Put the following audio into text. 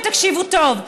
ותקשיב טוב,